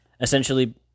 Essentially